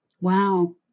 Wow